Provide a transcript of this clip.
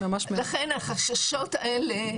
לכן החששות האלה